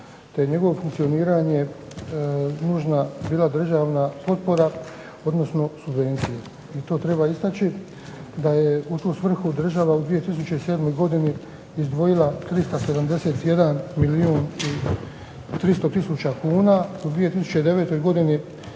te njegovo funkcioniranje nužna bila državna potpora odnosno subvencije. I to treba istaći da je u tu svrhu država u 2007. godini izdvojila 371 milijun i 300 tisuća kuna u 2009. godini